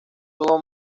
hubo